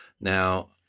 Now